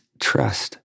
trust